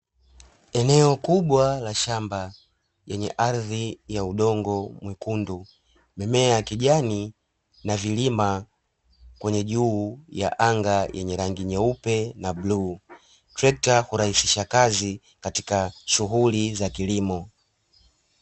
Eneo kubwa la shamba lenye ardhi ya udongo mwekundu, mimea ya kijani na vilima kwenye juu ya anga yenye rangi nyeupe na buluu, trekta hurahisisha kazi katika shughuli za kilimo.